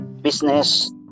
business